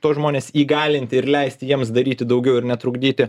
tuos žmones įgalinti ir leisti jiems daryti daugiau ir netrukdyti